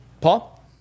Paul